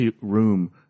room